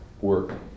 work